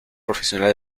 profesional